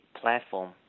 platform